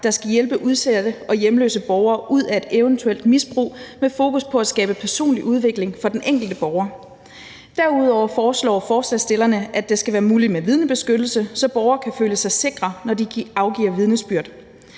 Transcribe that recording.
der skal hjælpe udsatte og hjemløse borgere ud af et eventuelt misbrug med fokus på at skabe personlig udvikling for den enkelte borger. Derudover foreslår forslagsstillerne, at det skal være muligt med vidnebeskyttelse, så borgere kan føle sig sikre, når de afgiver vidnesbyrd.